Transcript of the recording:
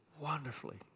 wonderfully